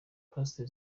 pastor